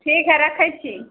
ठीक है रखै छी